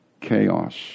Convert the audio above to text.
chaos